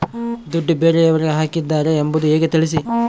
ದುಡ್ಡು ಬೇರೆಯವರಿಗೆ ಹಾಕಿದ್ದಾರೆ ಎಂಬುದು ಹೇಗೆ ತಿಳಿಸಿ?